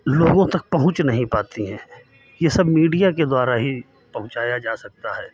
लोगों तक पहुँच नहीं पाती हैं ये सब मीडिया द्वारा ही पहुंचाया जा सकता है